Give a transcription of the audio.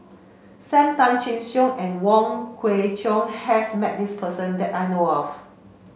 Sam Tan Chin Siong and Wong Kwei Cheong has met this person that I know of